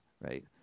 right